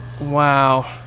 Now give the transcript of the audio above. Wow